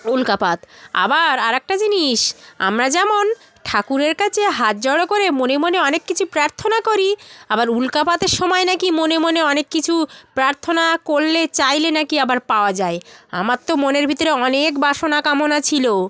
উল্কাপাত আবার আর একটা জিনিস আমরা যেমন ঠাকুরের কাছে হাত জড়ো করে মনে মনে অনেক কিছু প্রার্থনা করি আবার উল্কাপাতের সময় নাকি মনে মনে অনেক কিছু প্রার্থনা করলে চাইলে নাকি আবার পাওয়া যায় আমার তো মনের ভিতরে অনেক বাসনা কামনা ছিল